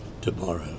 tomorrow